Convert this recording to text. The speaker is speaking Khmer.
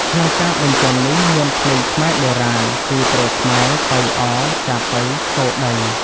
ក្នុងការបញ្ជាន់នេះ មានភ្លេងខ្មែរបុរាណគឺ ទ្រខ្មែរ ប៉ីអ ចាប៉ី ស្គរដី